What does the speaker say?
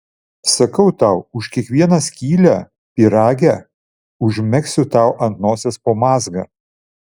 sakau tau už kiekvieną skylę pyrage užmegsiu tau ant nosies po mazgą